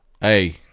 Hey